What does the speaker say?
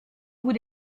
bout